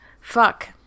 fuck